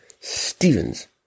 Stevens